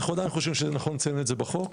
אני עדיין חושב שזה נכון לציין את זה בחוק.